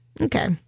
Okay